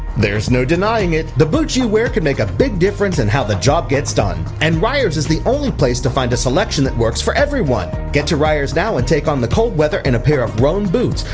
there's no denying it. the boots you wear can make a big difference in how the job gets done and riots is the only place to find a selection that works for everyone. get to writers now and take on the cold weather in a pair of brown boots.